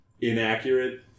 inaccurate